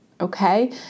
Okay